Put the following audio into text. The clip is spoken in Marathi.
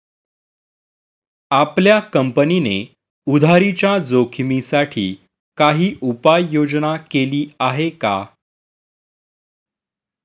आपल्या कंपनीने उधारीच्या जोखिमीसाठी काही उपाययोजना केली आहे का?